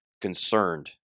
concerned